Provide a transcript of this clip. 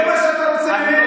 זה מה שאתה רוצה ממני.